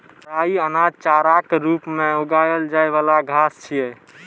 राइ अनाज, चाराक रूप मे उगाएल जाइ बला घास छियै